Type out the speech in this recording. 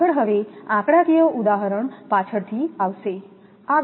આગળ હવે આંકડાકીય ઉદાહરણ પાછળથી આવશે